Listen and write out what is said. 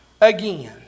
again